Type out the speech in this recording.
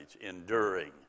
Enduring